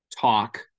talk